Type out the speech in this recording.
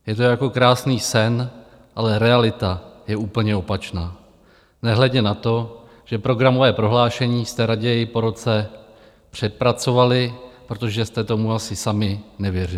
Je to jako krásný sen, ale realita je úplně opačná, nehledě na to, že programové prohlášení jste raději po roce přepracovali, protože jste tomu asi sami nevěřili.